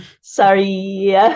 Sorry